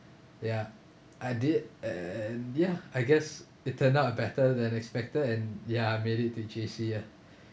ya I did and ya I guess it turned out a better than expected and ya I made it to J_C ah